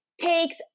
takes